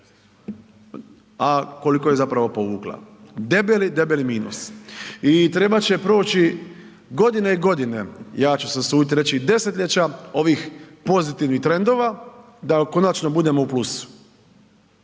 a koliko je zapravo povukla, debeli, debeli minus. I trebat će proći godine i godine, ja ću se usudit reći i desetljeća ovih pozitivnih trendova da konačno budemo u plusu.